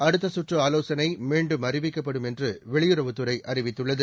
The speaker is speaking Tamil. அடுத்தகற்றுஆலோசனைமீன்டும் அறிவிக்கப்படும் என்றவெளியுறவுத் துறைஅறிவித்துள்ளது